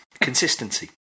Consistency